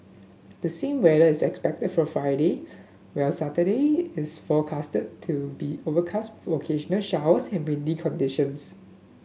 the same weather is expected for Friday while Saturday is forecast to be overcast occasional showers and windy conditions